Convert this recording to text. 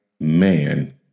man